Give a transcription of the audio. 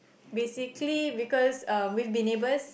basically because um we've been neighbours